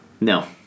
No